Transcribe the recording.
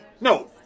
No